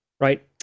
right